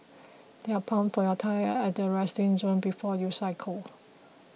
there are pumps for your tyres at the resting zone before you cycle